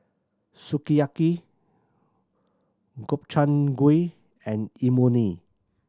Sukiyaki Gobchang Gui and Imoni